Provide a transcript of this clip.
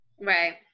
right